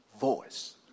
voice